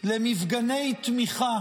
למפגני תמיכה